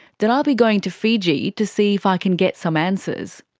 that i'll be going to fiji to see if i can get some answers.